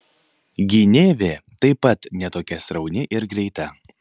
gynėvė taip pat ne tokia srauni ir greita